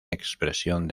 expresión